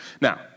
Now